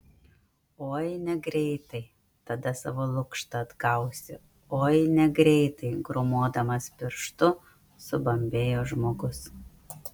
oi negreitai tada savo lukštą atgausi oi negreitai grūmodamas pirštu subambėjo žmogus